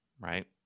Right